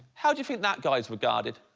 how do you think that guy's regarded?